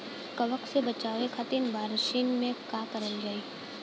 कवक से बचावे खातिन बरसीन मे का करल जाई?